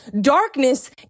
Darkness